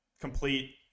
complete